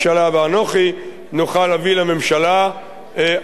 להביא לממשלה הצעה כזו.